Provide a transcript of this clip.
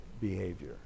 behavior